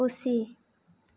ᱯᱩᱥᱤ